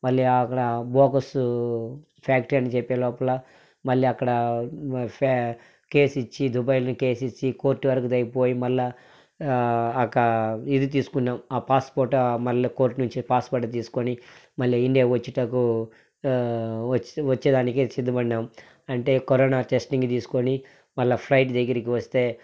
మళ్ళీ అక్కడ బోకర్స్ ఫ్యాక్టరీ అని చెప్పే లోపల మళ్ళీ అక్కడ ఫ్యా కేస్ ఇచ్చి దుబాయ్లో కేస్ ఇచ్చి కోర్టు వారి దగ్గరికి పోయి మళ్ళీ ఆ యొక్క ఇది తీసుకున్నాం పాస్పోర్ట్ మళ్ళీ కోర్ట్ నుంచి పాస్పోర్ట్ తీసుకుని మళ్ళీ ఇండియా వచ్చుటకు వచ్చే వచ్చే దానికి సిద్ధపడినం అంటే కరోనా టెస్టింగ్ తీసుకొని మళ్ళీ ఫ్లైట్ దగ్గరికి వస్తే